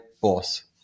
boss